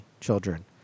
children